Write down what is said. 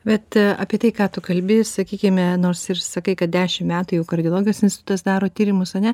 bet apie tai ką tu kalbi sakykime nors ir sakai kad dešim metų jau kardiologijos institutas daro tyrimus ane